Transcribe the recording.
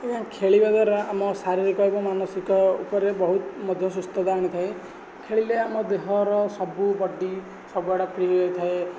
ଖେଳିବା ଦ୍ୱାରା ଆମ ଶାରୀରିକ ଏବଂ ମାନସିକ ଉପରେ ବହୁତ ମଧ୍ୟ ସୁସ୍ଥତା ଆଣିଥାଏ ଖେଳିଲେ ଆମ ଦେହର ସବୁ ବଡି ସବୁଆଡ଼େ ଫ୍ରି ହୋଇଥାଏ